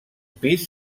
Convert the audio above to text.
pis